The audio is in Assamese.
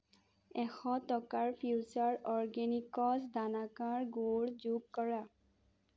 এশ টকাৰ ফিউচাৰ অৰ্গেনিক্ছ দানাকাৰ গুড় যোগ কৰা